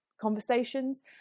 conversations